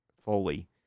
fully